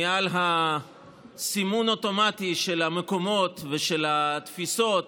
מעל הסימון האוטומטי של המקומות ושל התפיסות